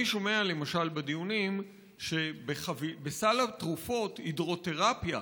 אני שומע למשל בדיונים שבסל התרופות, הידרותרפיה,